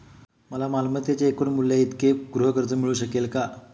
मला मालमत्तेच्या एकूण मूल्याइतके गृहकर्ज मिळू शकेल का?